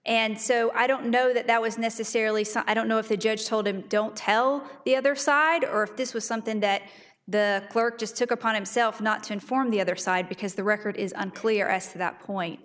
and so i don't know that that was necessarily so i don't know if the judge told him don't tell the other side or if this was something that the clerk just took upon himself not to inform the other side because the record is unclear as to that point